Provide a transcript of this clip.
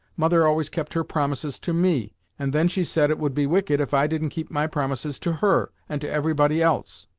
mother always kept her promises to me, and then she said it would be wicked if i didn't keep my promises to her, and to every body else.